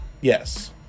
yes